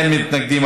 אין מתנגדים,